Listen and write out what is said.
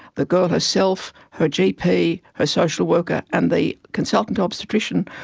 the girl herself, her gp, her social worker and the consultant obstetrician,